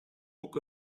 book